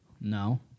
No